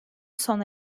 sona